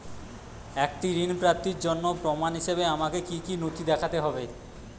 একটি ঋণ প্রাপ্তির জন্য প্রমাণ হিসাবে আমাকে কী কী নথি দেখাতে হবে?